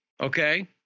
okay